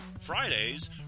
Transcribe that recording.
Friday's